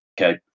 okay